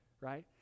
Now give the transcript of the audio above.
right